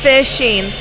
Fishing